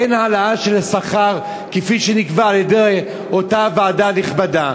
אין העלאה של השכר כפי שנקבע על-ידי אותה ועדה נכבדה.